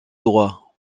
droit